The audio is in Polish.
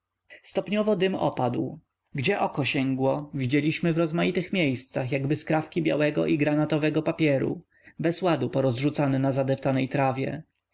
stopniowo dym opadł gdzie oko sięgło widzieliśmy w rozmaitych miejscach jakby skrawki białego i granatowego papieru bez ładu porozrzucane na zdeptanej trawie